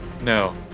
No